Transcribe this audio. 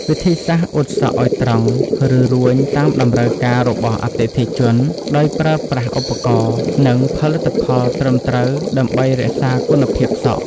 វិធីសាស្រ្តអ៊ុតសក់ឱ្យត្រង់ ឬរួញតាមតម្រូវការរបស់អតិថិជន ដោយប្រើប្រាស់ឧបករណ៍ និងផលិតផលត្រឹមត្រូវដើម្បីរក្សាគុណភាពសក់។